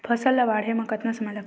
फसल ला बाढ़े मा कतना समय लगथे?